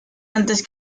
antes